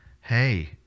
hey